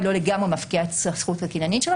היא לא לגמרי מפקיעה את הזכות הקניינית שלו,